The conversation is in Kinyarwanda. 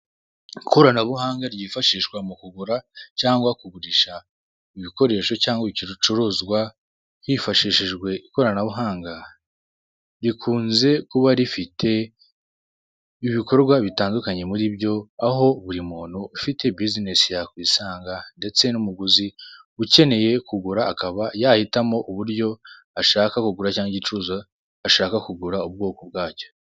Ikoranahanga ryifashishwa mukugura cyangwa kugurisha ibikoresho cyangwa igicuruzwa hifashishijwe ikoranabuhanga rikunze kuba rifite ibikorwa bitandukanye muri byo, aho buri muntu ufite bizinesi yakwisanga ndetse n'umuguzi ukeneye kugura akaba yahitamo uburyo ashaka kugura cyangwa igicuruzwa ashaka kugura ubwoko bwacyo.